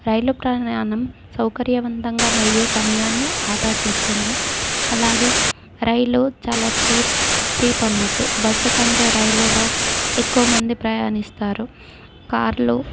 రైలు ప్రయాణం సౌకర్యవంతంగా మరియు సమయాన్ని ఆదాచస్తుంది అలాగే రైలు చాలా చీప్ చీప్ అన్నట్టు బస్సు కంటే రైలులో ఎక్కువ మంది ప్రయాణిస్తారు కార్లు